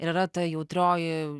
ir yra ta jautrioji